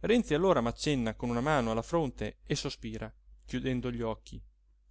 renzi allora m'accenna con una mano alla fronte e sospira chiudendo gli occhi